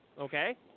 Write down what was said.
Okay